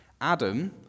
Adam